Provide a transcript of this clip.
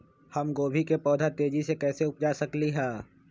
हम गोभी के पौधा तेजी से कैसे उपजा सकली ह?